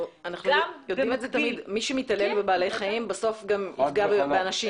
אנחנו יודעים שמי שמתעלל בבעלי חיים בסוף יפגע גם באנשים.